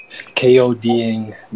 KODing